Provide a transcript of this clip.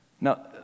Now